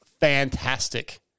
fantastic